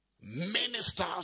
Ministers